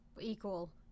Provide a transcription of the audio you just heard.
equal